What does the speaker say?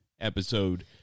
Episode